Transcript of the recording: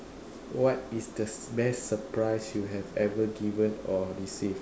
what is the best surprise you have even given or received